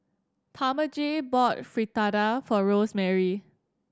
Talmage bought Fritada for Rosemary